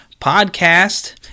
podcast